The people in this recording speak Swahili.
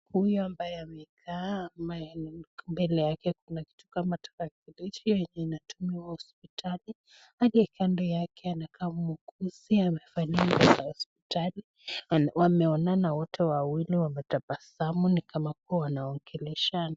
Huyu ambaye amekaa, ambaye mbele yake kuna kitu kama tarakilishi yenye inatumiwa hosiptali, aliye kando yake anakaa muuguzi amevalia vazi za hosiptali, wameonana wote wawili wametabasamu kama kuwa wanaongeleshana.